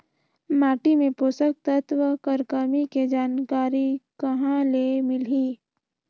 माटी मे पोषक तत्व कर कमी के जानकारी कहां ले मिलही?